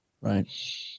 Right